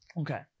Okay